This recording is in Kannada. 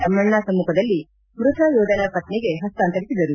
ತಮ್ನಣ್ಣ ಸಮ್ನಖದಲ್ಲಿ ಮೃತ ಯೋಧನ ಪತ್ನಿಗೆ ಹಸ್ತಾಂತರಿಸಿದರು